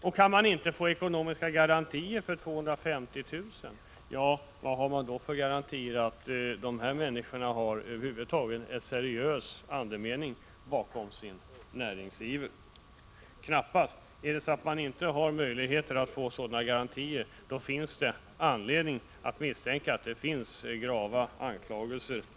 Om gränsen inte går vid 250 000 kr., vad har man då för garantier för att det finns en seriös andemening bakom berörda personers näringsiver? Då har man nog knappast några garantier. Om det inte är möjligt att få de garantier som jag har förordat, finns det anledning att misstänka att det bakåt i tiden förekommit grava anklagelser.